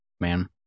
Man